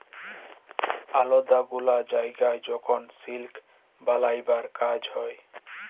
আলেদা গুলা জায়গায় যখল সিলিক বালাবার কাজ হ্যয়